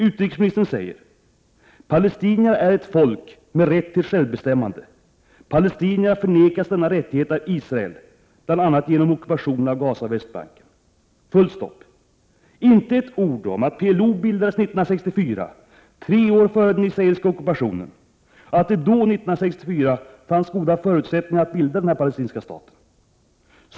Utrikesministern säger att palestinierna är ett folk med rätt till självbestämmande och att palestinierna förnekas denna rättighet av Israel, bl.a. genom ockupationen av Gaza och Västbanken. — Inte ett ord om att PLO bildades 1964, tre år före den israeliska ockupationen, och att det då, 1964, fanns goda förutsättningar att bilda denna palestinska stat.